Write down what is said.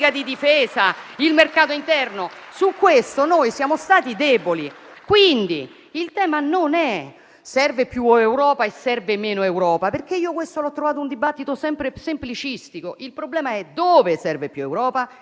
di difesa e mercato interno. Su questo siamo stati deboli, quindi il tema non è se serva più Europa o meno Europa, perché questo l'ho trovato un dibattito sempre semplicistico. Il problema è dove serve più Europa e